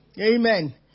Amen